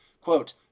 Quote